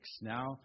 now